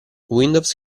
windows